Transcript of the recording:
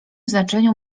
znaczeniu